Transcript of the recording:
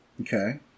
Okay